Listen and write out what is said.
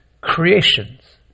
creations